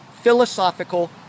philosophical